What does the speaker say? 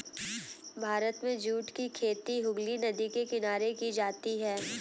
भारत में जूट की खेती हुगली नदी के किनारे की जाती है